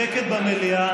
שקט במליאה,